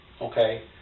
okay